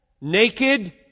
naked